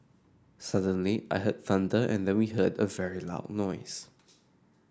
suddenly I heard thunder and then we heard a very loud noise